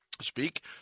speak